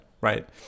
Right